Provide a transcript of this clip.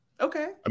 Okay